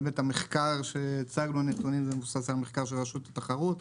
המחקר שהצגנו נתונים מבוסס על מחקר של רשות התחרות,